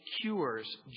cures